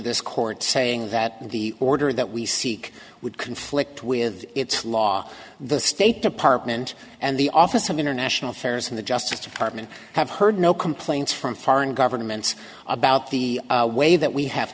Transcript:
this court saying that the order that we seek would conflict with its law the state department and the office of international affairs and the justice department have heard no complaints from foreign governments about the way that we have